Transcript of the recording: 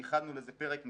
ייחדנו לזה פרק מיוחד.